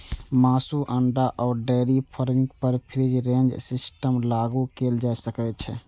मासु, अंडा आ डेयरी फार्मिंग पर फ्री रेंज सिस्टम लागू कैल जा सकै छै